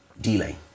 Delay